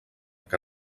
que